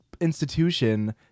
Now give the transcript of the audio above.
institution